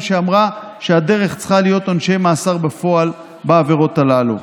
שאמרה שהדרך צריכה להיות עונשי מאסר בפועל בעבירות הללו.